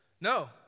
No